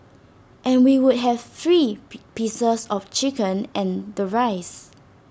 and we would have three pieces of chicken and the rice